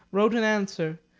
wrote an answer,